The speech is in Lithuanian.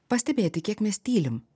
pastebėti kiek mes tylim